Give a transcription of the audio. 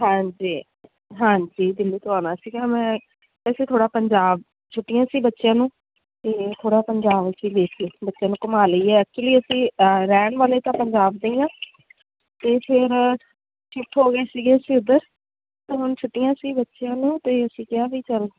ਹਾਂਜੀ ਹਾਂਜੀ ਦਿੱਲੀ ਤੋਂ ਆਉਣਾ ਸੀਗਾ ਮੈਂ ਵੈਸੇ ਥੋੜ੍ਹਾ ਪੰਜਾਬ ਛੁੱਟੀਆਂ ਸੀ ਬੱਚਿਆਂ ਨੂੰ ਅਤੇ ਥੋੜ੍ਹਾ ਪੰਜਾਬ 'ਚ ਹੀ ਦੇਖਣ ਬੱਚਿਆਂ ਨੂੰ ਘੁਮਾ ਲਈਏ ਐਕਚੁਲੀ ਅਸੀਂ ਰਹਿਣ ਵਾਲੇ ਤਾਂ ਪੰਜਾਬ ਦੇ ਆ ਅਤੇ ਫਿਰ ਸ਼ਿਫਟ ਹੋ ਗਏ ਸੀਗੇ ਸੀ ਉਧਰ ਤਾਂ ਹੁਣ ਛੁੱਟੀਆਂ ਸੀ ਬੱਚਿਆਂ ਨੂੰ ਅਤੇ ਅਸੀਂ ਕਿਹਾ ਵੀ ਚੱਲ